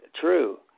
True